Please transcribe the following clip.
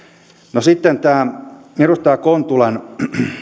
no sitten tämä edustaja kontulan